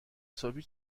صبحی